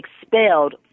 expelled